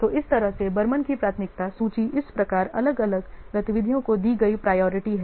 तो इस तरह से बर्मन की प्राथमिकता सूची इस प्रकार अलग अलग गतिविधियों को दी गई प्रायोरिटी है